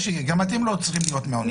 גם אתם לא צריכים להיות מעוניינים.